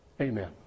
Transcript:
Amen